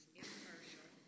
impartial